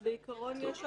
בעיקרון יש הגדרה.